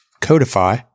codify